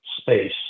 space